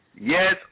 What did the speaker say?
Yes